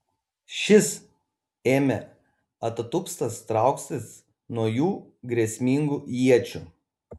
šis ėmė atatupstas trauktis nuo jų grėsmingų iečių